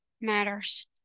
matters